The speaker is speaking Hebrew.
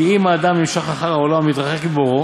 כי אם האדם נמשך אחר העולם ומתרחק מבוראו,